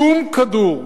שום כדור,